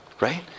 right